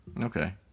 okay